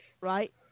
right